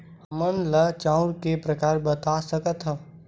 हमन ला चांउर के प्रकार बता सकत हव?